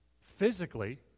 physically